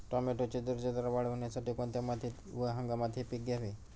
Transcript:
टोमॅटोची दर्जेदार वाढ होण्यासाठी कोणत्या मातीत व हंगामात हे पीक घ्यावे?